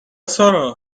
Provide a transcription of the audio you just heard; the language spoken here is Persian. سارا